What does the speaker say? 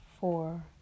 four